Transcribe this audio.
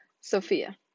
Sophia